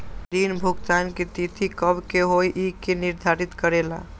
ऋण भुगतान की तिथि कव के होई इ के निर्धारित करेला?